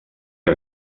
que